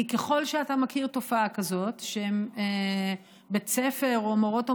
ככל שאתה מכיר תופעה כזו שבית ספר או מורות או